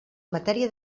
matèria